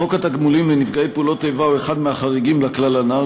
חוק התגמולים לנפגעי פעולות איבה הוא אחד מהחריגים לכלל הנ"ל,